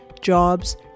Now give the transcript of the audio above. jobs